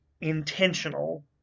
intentional